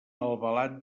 albalat